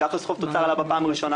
שיחס חוב-תוצר עלה בפעם הראשונה.